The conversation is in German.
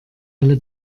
alle